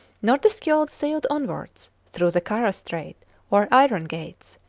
nordenskiold sailed onwards through the kara strait or iron gates,